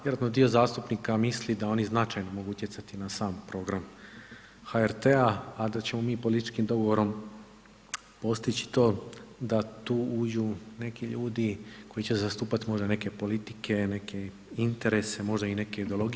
Vjerojatno dio zastupnika misli da oni značajno mogu utjecati na sam program HRT-a, a da ćemo mi političkim dogovorom postići to da tu uđu neki ljudi koji će zastupati možda neke politike, neke interese, možda i neke ideologije.